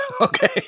Okay